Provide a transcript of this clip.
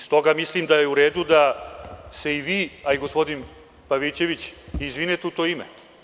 Stoga mislim da je u redu da se i vi, a i gospodin Pavićević, izvinite u to ime.